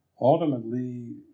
ultimately